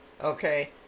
okay